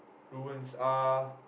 ruins uh